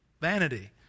vanity